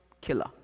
killer